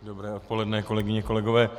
Dobré odpoledne, kolegyně, kolegové.